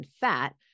fat